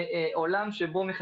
אני רק